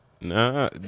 Nah